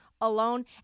alone